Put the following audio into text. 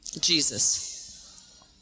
Jesus